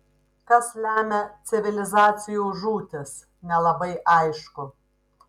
kas lemia civilizacijų žūtis nelabai aišku